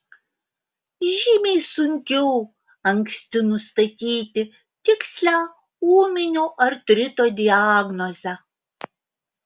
žymiai sunkiau anksti nustatyti tikslią ūminio artrito diagnozę